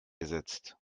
gesetzt